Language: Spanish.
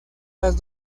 las